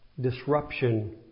disruption